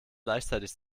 gleichzeitig